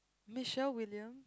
Michelle-William